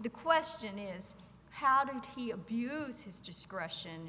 the question is how did he abuse his discretion